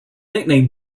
nickname